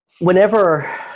Whenever